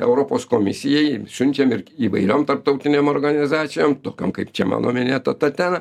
europos komisijai siunčiam ir įvairiom tarptautinėm organizacijom tokiom kaip čia mano minėta tatena